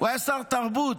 הוא היה שר התרבות.